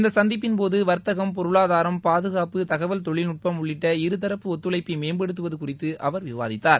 இந்த சந்திப்பின்போது வர்த்தகம் பொருளாதாரம் பாதுகாப்புதகவல் தொழில்நுட்பம் உள்ளிட்ட இருதரப்பு ஒத்துழைப்பை மேம்படுத்துவது குறித்து அவர் விவாதித்தார்